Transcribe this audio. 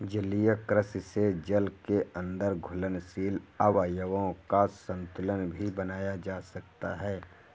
जलीय कृषि से जल के अंदर घुलनशील अवयवों का संतुलन भी बनाया जा सकता है